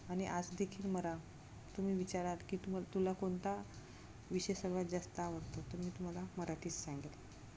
आणि आजदेखील मला तुम्ही विचाराल की तुम तुला कोणता विषय सर्वात जास्त आवडतो तर मी तुम्हाला मराठीच सांगेल